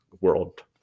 world